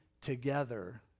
together